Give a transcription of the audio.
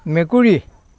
মেকুৰী